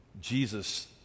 jesus